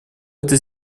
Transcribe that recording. этой